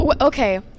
okay